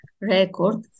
record